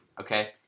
okay